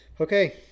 Okay